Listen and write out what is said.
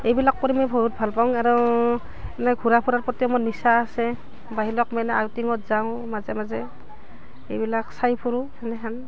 এইবিলাক কৰি মই বহুত ভাল পাওঁ আৰু এনেই ঘূৰা ফুৰাৰ প্ৰতি মোৰ নিচা আছে বাহিলক আউটিঙত যাওঁ মাজে মাজে এইবিলাক চাই ফুৰোঁ এনেহেন